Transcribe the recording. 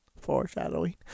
Foreshadowing